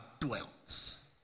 dwells